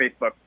facebook